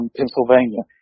Pennsylvania